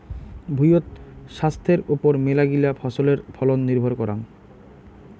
ভুঁইয়ত ছাস্থের ওপর মেলাগিলা ফছলের ফলন নির্ভর করাং